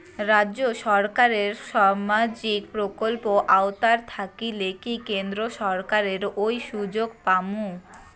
রাজ্য সরকারের সামাজিক প্রকল্পের আওতায় থাকিলে কি কেন্দ্র সরকারের ওই সুযোগ পামু?